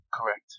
Correct